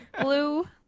Blue